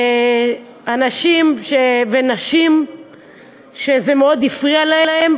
אנשים ונשים שזה מאוד הפריע להם.